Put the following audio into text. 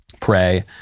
pray